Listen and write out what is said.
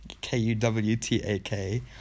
K-U-W-T-A-K